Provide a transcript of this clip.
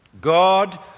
God